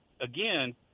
again